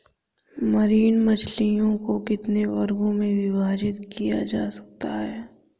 Marine मछलियों को कितने वर्गों में विभाजित किया जा सकता है?